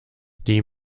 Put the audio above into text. die